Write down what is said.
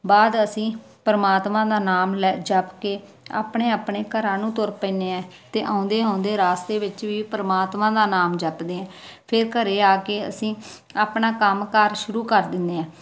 ਬਾਅਦ ਅਸੀਂ ਪਰਮਾਤਮਾ ਦਾ ਨਾਮ ਲੈ ਜਪ ਕੇ ਆਪਣੇ ਆਪਣੇ ਘਰਾਂ ਨੂੰ ਤੁਰ ਪੈਨੇ ਆ ਅਤੇ ਆਉਂਦੇ ਆਉਂਦੇ ਰਾਸਤੇ ਵਿੱਚ ਵੀ ਪਰਮਾਤਮਾ ਦਾ ਨਾਮ ਜਪਦੇ ਆ ਫਿਰ ਘਰੇ ਆ ਕੇ ਅਸੀਂ ਆਪਣਾ ਕੰਮ ਕਾਰ ਸ਼ੁਰੂ ਕਰ ਦਿੰਦੇ ਹਾਂ